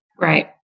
Right